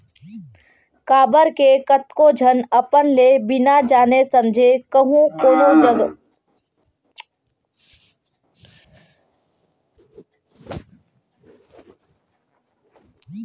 काबर के कतको झन अपन ले बिना जाने समझे कहूँ कोनो जगा पइसा लगा देथे ता घाटा घलो होय के डर रहिथे